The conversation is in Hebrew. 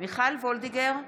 מיכל וולדיגר,